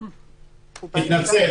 אדוני,